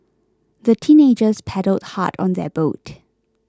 the teenagers paddled hard on their boat